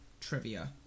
trivia